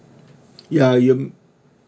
ya you